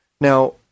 Now